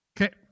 Okay